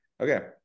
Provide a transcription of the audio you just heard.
okay